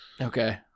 Okay